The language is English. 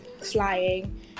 flying